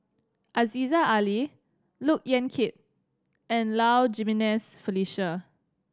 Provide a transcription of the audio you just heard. Aziza Ali Look Yan Kit and Low Jimenez Felicia